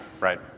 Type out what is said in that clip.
Right